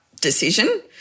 decision